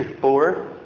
Four